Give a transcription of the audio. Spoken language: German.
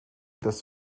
das